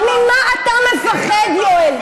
ממה אתה מפחד, יואל?